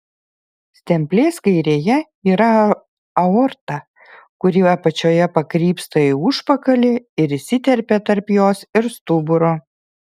stemplės kairėje yra aorta kuri apačioje pakrypsta į užpakalį ir įsiterpia tarp jos ir stuburo